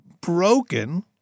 broken